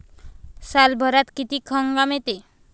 सालभरात किती हंगाम येते?